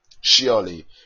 Surely